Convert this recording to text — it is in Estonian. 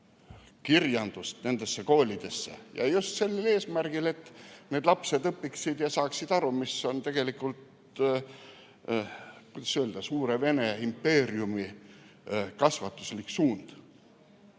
kirjandust nendesse koolidesse ja just sellel eesmärgil, et need lapsed õpiksid seda ja saaksid aru sellest, mis on tegelikult, kuidas öelda, suure Vene impeeriumi kasvatuslik suund.